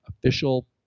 official